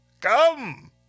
Come